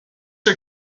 are